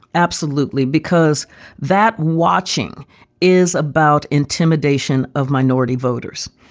absolutely. because that watching is about intimidation of minority voters,